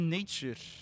Nature